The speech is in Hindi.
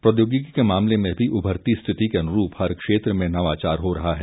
प्रौद्योगिकी के मामले में भी उभरती स्थिति के अनुरूप हर क्षेत्र में नवाचार हो रहा है